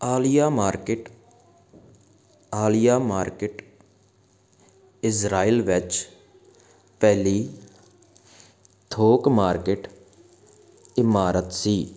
ਆਲੀਆ market ਆਲੀਆ market Israel ਵਿੱਚ ਪਹਿਲੀ ਥੋਕ ਮਾਰਕੀਟ ਇਮਾਰਤ ਸੀ